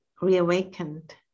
reawakened